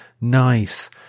nice